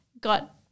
got